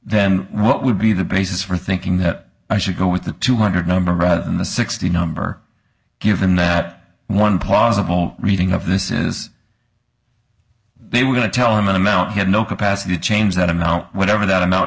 then what would be the basis for thinking that i should go with the two hundred number rather than the sixty number given that one possible reading of this is they would tell him an amount he had no capacity to change that in now whatever that amount